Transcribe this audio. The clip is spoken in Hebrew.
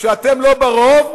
שאתם לא ברוב,